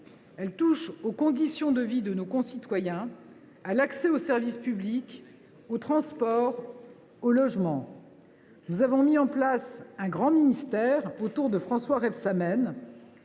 Il touche aux conditions de vie de nos concitoyens, à l’accès aux services publics, aux transports, au logement… Nous avons mis en place un grand ministère dirigé par François Rebsamen.